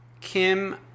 Kim